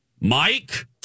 Mike